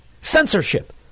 censorship